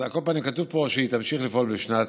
על כל פנים, כתוב פה שהיא תמשיך לפעול בשנת